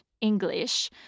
English